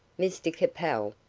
mr capel,